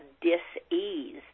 dis-ease